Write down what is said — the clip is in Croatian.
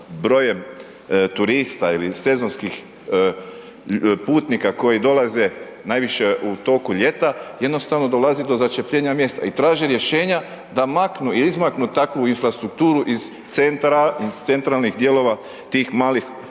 brojem turista ili sezonskih putnika koji dolaze najviše u toku ljeta, jednostavno dolazi do začepljenja mjesta i traži rješenja da maknu i izmaknu takvu infrastrukturu iz centralnih dijelova tih malih urbanih